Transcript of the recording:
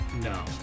No